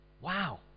Wow